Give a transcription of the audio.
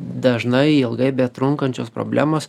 dažnai ilgai betrunkančios problemos